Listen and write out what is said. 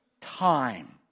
time